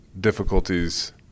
difficulties